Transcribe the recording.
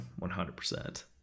100